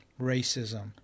racism